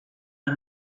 per